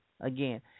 again